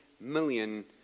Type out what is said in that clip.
million